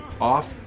off